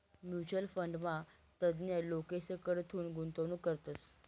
mutual फंडमा तज्ञ लोकेसकडथून गुंतवणूक करतस